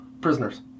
Prisoners